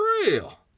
real